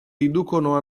riducono